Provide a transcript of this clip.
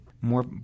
more